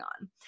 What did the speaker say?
on